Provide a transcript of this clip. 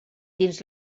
dins